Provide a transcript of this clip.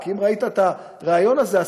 כי אם ראית את הריאיון הזה,